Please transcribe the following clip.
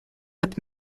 with